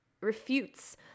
refutes